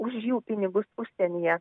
už jų pinigus užsienyje